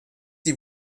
die